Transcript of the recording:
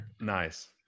Nice